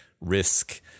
risk